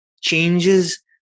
changes